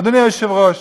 אדוני היושב-ראש,